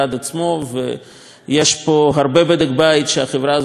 ויש פה הרבה בדק-בית שהחברה הזאת צריכה לעשות.